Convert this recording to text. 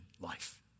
life